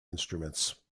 instruments